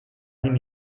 nim